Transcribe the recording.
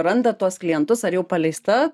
randat tuos klientus ar jau paleista